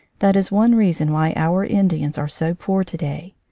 that is one reason why our indians are so poor to-day.